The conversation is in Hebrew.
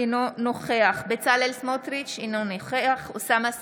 אינו נוכח בצלאל סמוטריץ' אינו נוכח אוסאמה סעדי,